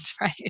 right